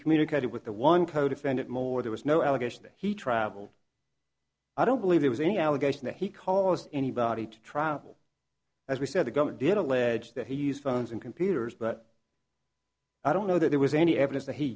communicated with the one codefendant more there was no allegation that he traveled i don't believe there was any allegation that he caused anybody to travel as we said the governor did allege that he's phones and computers but i don't know that there was any evidence that he